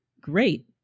great